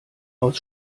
aus